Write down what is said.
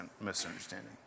misunderstanding